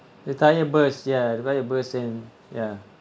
the tire burst ya the tyre burst and ya